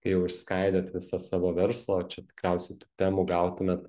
kai jau išskaidėt visą savo verslą o čia tikriausiai tų temų gautumėt